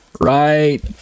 right